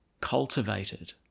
cultivated